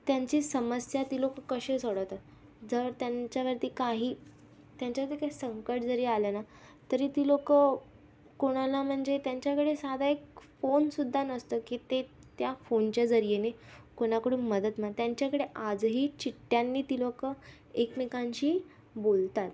त्यांची समस्या ते लोकं कशी सोडवतात जर त्यांच्यावरती काही त्यांच्यावरती काय संकट जरी आलं ना तरी ती लोकं कोणाला म्हणजे त्यांच्याकडे साधा एक फोन सुद्धा नसतो की ते त्या फोनच्या जरीयेने कोणाकडून मदत म त्यांच्याकडे आजही चिठ्यांनी ती लोकं एकमेकांशी बोलतात